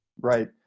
Right